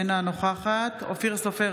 אינה נוכחת אופיר סופר,